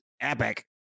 Epic